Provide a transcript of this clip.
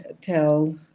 tell